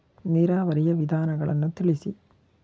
ನೀರಾವರಿಯ ವಿಧಾನಗಳನ್ನು ತಿಳಿಸಿ?